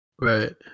Right